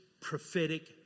prophetic